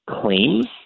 claims